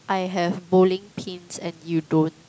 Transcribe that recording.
I have bowling pins and you don't